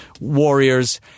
warriors